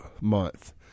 month